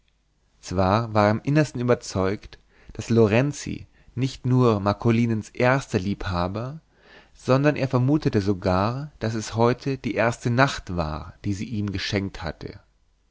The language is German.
zwar war er im innersten überzeugt daß lorenzi nicht nur marcolinens erster liebhaber sondern er vermutete sogar daß es heute die erste nacht war die sie ihm geschenkt hatte